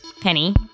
Penny